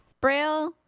Braille